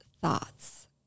thoughts